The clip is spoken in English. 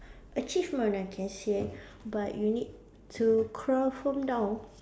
achievement I can say but you need to crawl from down